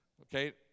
Okay